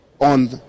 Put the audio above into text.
on